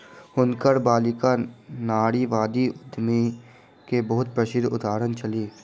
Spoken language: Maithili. हुनकर बालिका नारीवादी उद्यमी के बहुत प्रसिद्ध उदाहरण छली